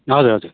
हजुर